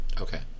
Okay